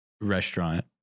restaurant